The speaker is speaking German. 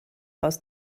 aus